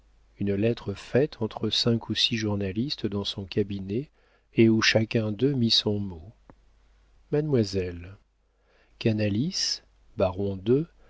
une lettre faite entre cinq ou six journalistes dans son cabinet et où chacun d'eux mit son mot mademoiselle canalis baron de